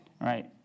Right